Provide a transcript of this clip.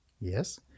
yes